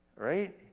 Right